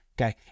Okay